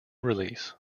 release